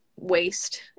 waste